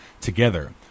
Together